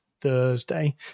Thursday